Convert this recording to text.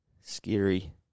scary